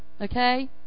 Okay